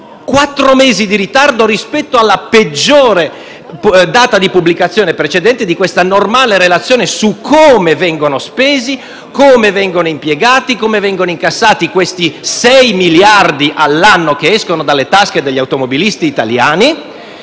quattro mesi di ritardo rispetto alla peggiore data di pubblicazione precedente di questa normale relazione su come vengono spesi, come vengono impiegati, come vengono incassati questi sei miliardi all'anno che escono dalle tasche degli automobilisti italiani.